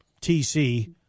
tc